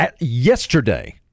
Yesterday